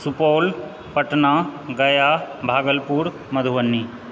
Supaul Patna Gaya Bhagalpur Madhubani